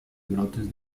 brotes